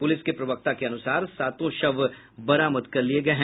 police के प्रवक्ता के अनुसार सातों शव बरामद कर लिए गए हैं